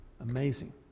Amazing